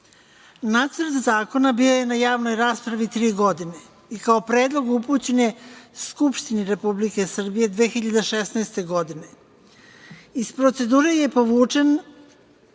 Nacrt zakona bio je na javnoj raspravi tri godine i kao predlog je upućen Skupštini Republike Srbije 2016. godine. Iz procedure je povučen